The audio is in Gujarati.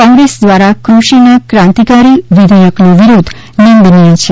કોંગ્રેસ દ્વારા કૃષિના ક્રાંતિકારી વિધેયકનો વિરોધ નિંદનીય છે